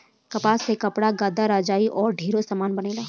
कपास से कपड़ा, गद्दा, रजाई आउर ढेरे समान बनेला